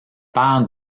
père